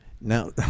Now